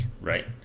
Right